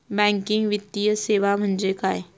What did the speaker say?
Banking वित्तीय सेवा म्हणजे काय?